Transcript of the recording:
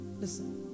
Listen